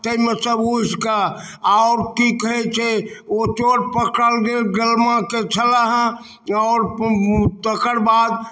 ताहिमे सँ घुसि कऽ आओर की कहै छै ओ चोर पकड़ल गेल बेलमा के छलए हँ आओर तेकर बाद